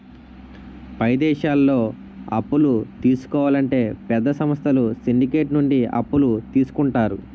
పై దేశాల్లో అప్పులు తీసుకోవాలంటే పెద్ద సంస్థలు సిండికేట్ నుండి అప్పులు తీసుకుంటారు